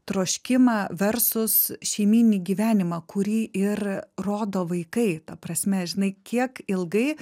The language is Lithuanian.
troškimą versus šeimyninį gyvenimą kurį ir rodo vaikai ta prasme žinai kiek ilgai